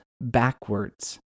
backwards